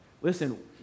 Listen